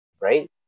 right